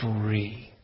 free